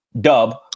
dub